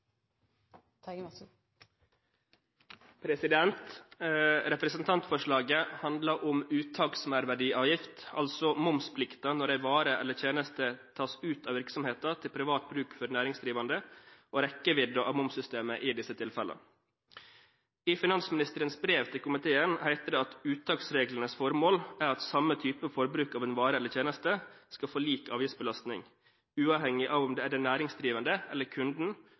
vedtatt. Representantforslaget handler om uttaksmerverdiavgift, altså momsplikten når en vare eller en tjeneste tas ut av virksomheten til privat bruk for næringsdrivende, og rekkevidden av momssystemet i disse tilfellene. I finansministerens brev til komiteen heter det: «Uttaksreglenes formål er at samme type forbruk av en vare eller tjeneste skal få lik avgiftsbelastning, uavhengig av om det er den næringsdrivende eller kunden